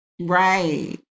Right